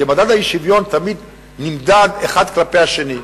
כי מדד האי-שוויון תמיד נמדד אחד כלפי השני.